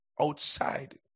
outside